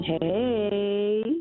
Hey